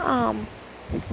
आम्